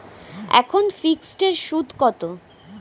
এখন ফিকসড এর সুদ কত?